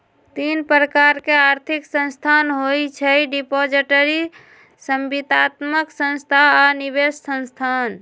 तीन प्रकार के आर्थिक संस्थान होइ छइ डिपॉजिटरी, संविदात्मक संस्था आऽ निवेश संस्थान